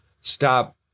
stop